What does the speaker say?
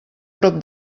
prop